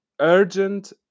urgent